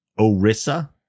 orissa